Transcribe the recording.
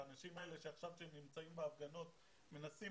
והאנשים האלה שעכשיו נמצאים בהפגנות מנסים